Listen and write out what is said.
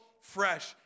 fresh